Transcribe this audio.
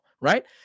right